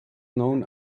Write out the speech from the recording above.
known